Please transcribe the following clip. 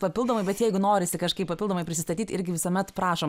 papildomai bet jeigu norisi kažkaip papildomai prisistatyt irgi visuomet prašom